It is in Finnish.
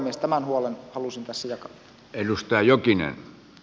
tämän huolen halusin tässä jakaa